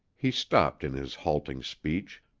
he stopped in his halting speech,